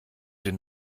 den